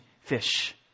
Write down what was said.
fish